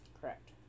Correct